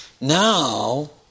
Now